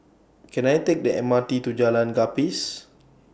Can I Take The M R T to Jalan Gapis